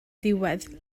diwedd